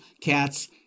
cats